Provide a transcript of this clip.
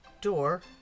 door